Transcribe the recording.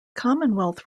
commonwealth